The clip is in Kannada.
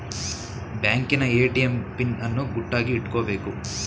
ಬ್ಯಾಂಕಿನ ಎ.ಟಿ.ಎಂ ಪಿನ್ ಅನ್ನು ಗುಟ್ಟಾಗಿ ಇಟ್ಕೊಬೇಕು